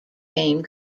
game